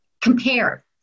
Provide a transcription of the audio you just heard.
compare